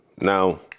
now